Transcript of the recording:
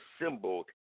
assembled